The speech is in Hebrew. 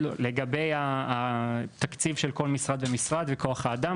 לגבי התקציב של כל משרד ומשרד וכוח האדם,